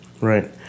Right